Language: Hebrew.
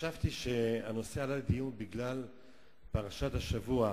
חשבתי שהנושא עלה לדיון בגלל פרשת השבוע.